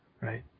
right